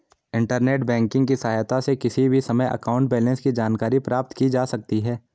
internet banking की सहायता से किसी भी समय अकाउंट बैलेंस की जानकारी प्राप्त की जा सकती है